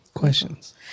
Questions